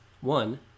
one